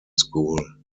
school